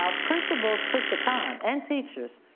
ah principals took the time and teachers,